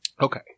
Okay